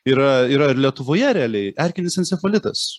yra yra ir lietuvoje realiai erkinis encefalitas